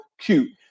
cute